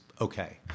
okay